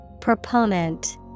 Proponent